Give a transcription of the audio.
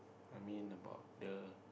I mean about the